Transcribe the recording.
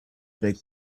big